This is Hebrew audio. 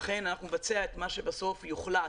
לכן אנחנו נבצע את מה שבסוף יוחלט.